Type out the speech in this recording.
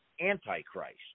antichrist